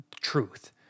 Truth